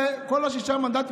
וכל ששת המנדטים,